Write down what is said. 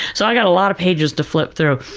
so, i got a lot of pages to flip through.